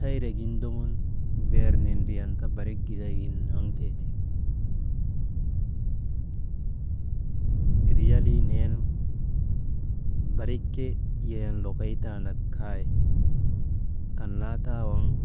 Hedimee niin̰andaa yak jaa riyalii mbuujeenu n̰ilii nun ner, hedimee niyek kan niin̰ee